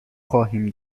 خواهیم